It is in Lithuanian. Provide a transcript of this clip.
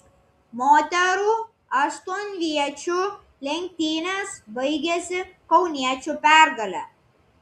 moterų aštuonviečių lenktynės baigėsi kauniečių pergale